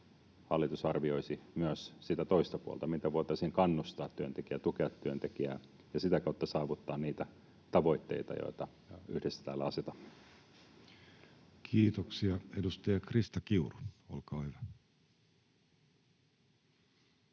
hallitus arvioisi myös sitä toista puolta, sitä, miten voitaisiin kannustaa työntekijää, tukea työntekijää ja sitä kautta saavuttaa niitä tavoitteita, joita yhdessä täällä asetamme. Kiitoksia. — Edustaja Krista Kiuru, olkaa hyvä.